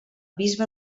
bisbe